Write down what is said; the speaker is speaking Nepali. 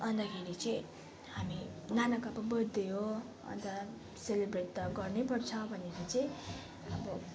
अन्तखेरि चाहिँ हामी नानाको अब बर्थडे हो अन्त सेलिब्रेट त गर्नै पर्छ भनेर चाहिँ अब